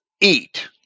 eat